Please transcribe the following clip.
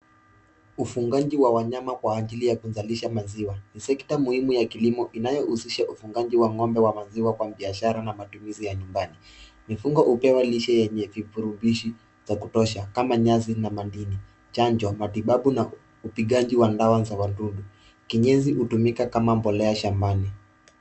Ufungaji wa wanyama kwa ajili ya kuzalisha. Ni sekta muhimu ya kilimo inayohusisha ufungaji wa ng'ombe wa maziwa kwa biashara na matumizi ya nyumbani. Mifugo hupewa lishe yenye virutubisho za kutosha kama nyasi na madindi, chanjo ,matubabu na upigaji wa dawa za wadudu. Kinyesi hutumika kama mbolea shambani.